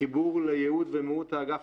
חיבור לייעוד ומהות האגף.